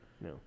No